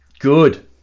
Good